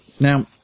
now